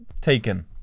taken